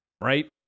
right